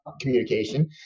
communication